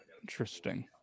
Interesting